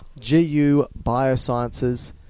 gubiosciences